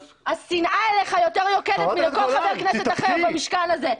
השנאה אליך יותר יוקדת מי לכל חבר כנסת אחר במשכן הזה,